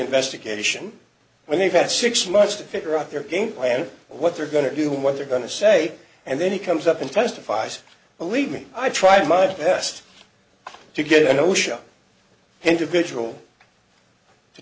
investigation when they've had six months to figure out their game plan what they're going to do what they're going to say and then he comes up and testifies believe me i tried my best to get an osha individual to